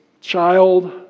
child